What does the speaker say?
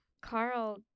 carl